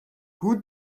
who